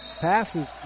Passes